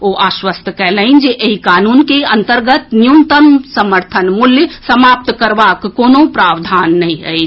ओ आश्वस्त कयलनि जे एहि कानून के अन्तर्गत न्यूनतम समर्थन मूल्य समाप्त करबाक कोनो प्रावधान नहि अछि